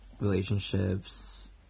relationships